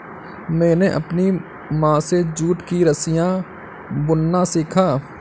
मैंने अपनी माँ से जूट की रस्सियाँ बुनना सीखा